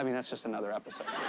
i mean that's just another episode.